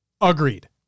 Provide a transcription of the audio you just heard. Agreed